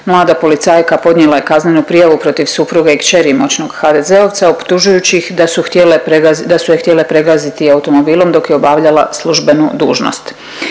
mlada policajka podnijela je kaznenu prijavu protiv supruge i kćeri moćnog HDZ-ovca optužujući ih da su htjele, da su je htjele pregaziti automobilom dok je obavljala službenu dužnost.